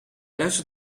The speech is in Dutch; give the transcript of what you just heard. luistert